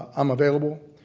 i'm available.